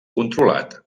controlat